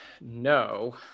No